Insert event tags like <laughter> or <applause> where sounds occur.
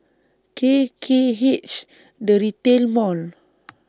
K K H The Retail Mall <noise>